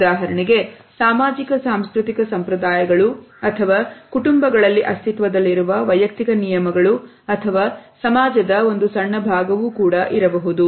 ಉದಾಹರಣೆಗೆ ಸಾಮಾಜಿಕ ಸಾಂಸ್ಕೃತಿಕ ಸಂಪ್ರದಾಯಗಳು ಅಥವಾ ಕುಟುಂಬಗಳಲ್ಲಿ ಅಸ್ತಿತ್ವದಲ್ಲಿರುವ ವೈಯಕ್ತಿಕ ನಿಯಮಗಳು ಅಥವಾ ಸಮಾಜದ ಒಂದು ಸಣ್ಣ ಭಾಗವೂ ಕೂಡ ಇರಬಹುದು